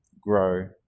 grow